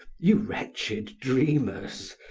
you wretched dreamers,